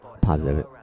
positive